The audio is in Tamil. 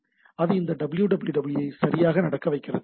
அது இந்த www ஐ சரியாக நடக்க வைக்கிறது